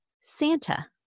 Santa